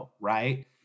right